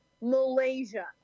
Malaysia